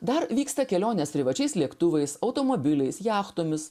dar vyksta kelionės privačiais lėktuvais automobiliais jachtomis